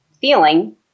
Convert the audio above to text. feeling